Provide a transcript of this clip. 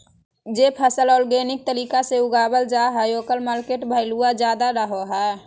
जे फसल ऑर्गेनिक तरीका से उगावल जा हइ ओकर मार्केट वैल्यूआ ज्यादा रहो हइ